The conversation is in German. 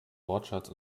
wortschatz